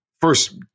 First